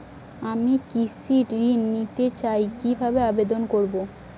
আমি কৃষি ঋণ নিতে চাই কি ভাবে আবেদন করব?